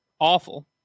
awful